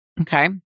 Okay